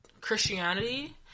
christianity